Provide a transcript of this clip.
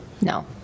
No